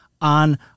on